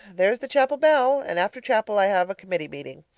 there's the chapel bell, and after chapel i have a committee meeting.